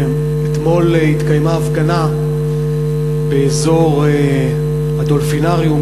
אתמול התקיימה הפגנה באזור ה"דולפינריום",